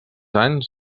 anys